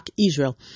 Israel